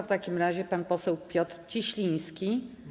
W takim razie pan poseł Piotr Cieśliński.